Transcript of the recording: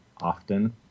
often